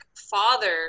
father